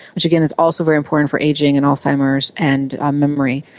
which again is also very important for ageing and alzheimer's and um memory,